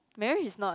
marriage is not